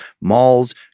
malls